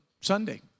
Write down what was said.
Sunday